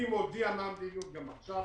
אני מודיע מה המדיניות גם עכשיו.